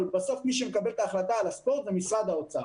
אבל בסוף מי שמקבל את ההחלטה על הספורט זה משרד האוצר.